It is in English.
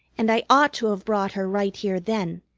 and i ought to have brought her right here then.